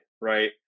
right